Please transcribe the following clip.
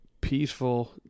peaceful